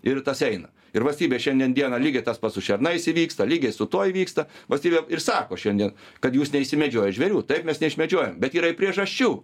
ir tas eina ir valstybė šiandien dieną lygiai tas pat su šernais įvyksta lygiai su tuo įvyksta valstybė ir sako šiandien kad jūs neišsimedžiojat žvėrių taip mes neišmedžiojam bet yra priežasčių